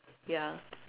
ya